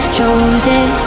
chosen